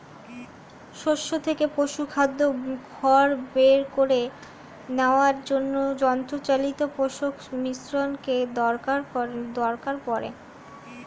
শস্য থেকে পশুখাদ্য খড় বের করে নেওয়ার জন্য যন্ত্রচালিত পেষক মিশ্রকের দরকার পড়ে